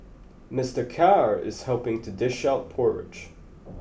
Mister Khair is helping to dish out porridge